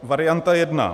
Varianta 1.